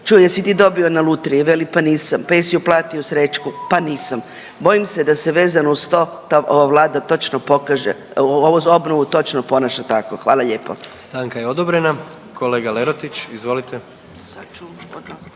čuj, jesi ti dobio na lutriji, veli pa nisam, pa jesi uplatio srećku, pa nisam. Bojim se da se vezano uz to ova Vlada točno pokaže, ovo za obnovu točno ponaša tako. Hvala lijepo. **Jandroković, Gordan (HDZ)** Stanka je odobrena. Kolega Lerotić, izvolite.